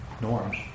norms